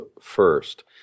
first